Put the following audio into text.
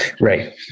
right